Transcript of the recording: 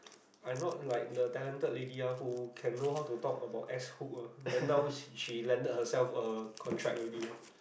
I not like the talented lady ah who can know how to talk about S hook ah then now she landed herself a contract already ah